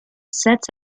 sets